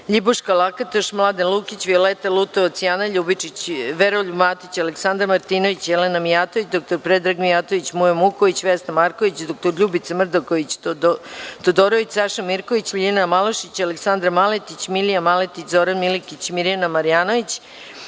Ljibuška Lakatoš, Mladen Lukić, Violeta Lutovac, Jana Ljubičić, Veroljub Matić, Aleksandar Martinović, Jelena Mijatović, dr Predrag Mijatović, Mujo Muković, Vesna Marković, dr Ljubica Mrdaković Todorović, Saša Mirković, Ljiljana Malušić, Aleksandra Maletić, Milija Miletić, Zoran Milekić, Mirjana Marjanović,